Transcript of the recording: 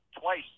twice